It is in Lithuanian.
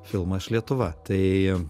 filmą aš lietuva tai